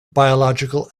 biological